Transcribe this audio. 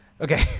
okay